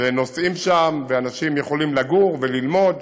ונוסעים שם, ואנשים יכולים לגור וללמוד